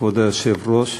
כבוד היושב-ראש,